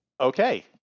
Okay